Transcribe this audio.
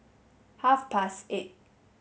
half past eight